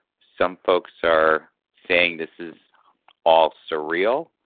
some folks are saying this is all surreal.